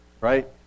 Right